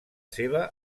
seva